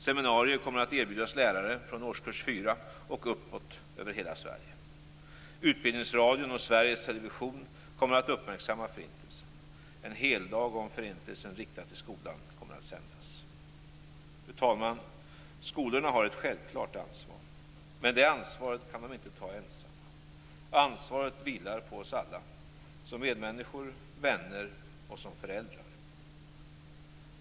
Seminarier kommer att erbjudas lärare från årskurs 4 och uppåt över hela Sverige. Utbildningsradion och Sveriges Television kommer att uppmärksamma Förintelsen. En heldag om Förintelsen riktad till skolan kommer att sändas. Fru talman! Skolorna har ett självklart ansvar, men det ansvaret kan de inte ta ensamma. Ansvaret vilar på oss alla - som medmänniskor, som vänner och som föräldrar.